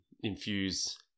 Infuse